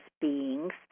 beings